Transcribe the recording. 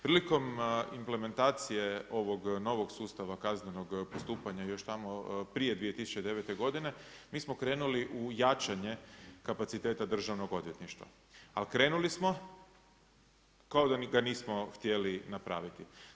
Prilikom implementacije ovog novog sustava kaznenog postupanja, još tamo prije 2009. godine mi smo krenuli u jačanje kapaciteta državnog odvjetništva, ali krenuli smo kao da ga nismo htjeli napraviti.